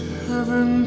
heaven